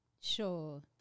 Sure